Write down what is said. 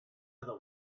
other